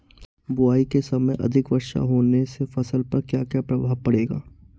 बुआई के समय अधिक वर्षा होने से फसल पर क्या क्या प्रभाव पड़ेगा?